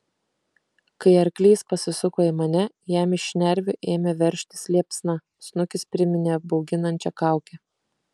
kai arklys pasisuko į mane jam iš šnervių ėmė veržtis liepsna snukis priminė bauginančią kaukę